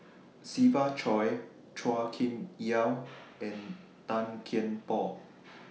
Siva Choy Chua Kim Yeow and Tan Kian Por